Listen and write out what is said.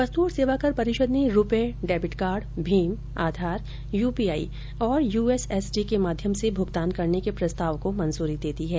वस्तु और सेवाकर परिषद ने रुपे डेबिट कार्ड भीम आधार यूपीआई और यूएसएसडी के माध्यम से भुगतान करने के प्रस्ताव को मंजूरी दे दी है